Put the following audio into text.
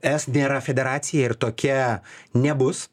es nėra federacija ir tokia nebus